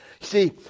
See